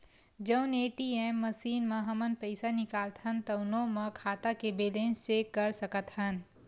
जउन ATM machine म हमन पइसा निकालथन तउनो म खाता के बेलेंस चेक कर सकत हन